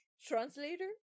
translator